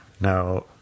Now